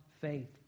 faith